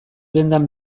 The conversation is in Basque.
dendan